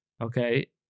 okay